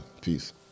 Peace